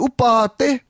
Upate